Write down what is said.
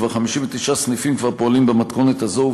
59 סניפים כבר פועלים במתכונת הזאת,